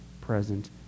present